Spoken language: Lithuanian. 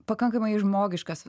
pakankamai žmogiškas